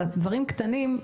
דברים קטנים,